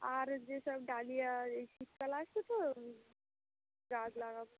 আর যেসব ডালিয়া এই শীতকাল আসছে তো গাছ লাগাবো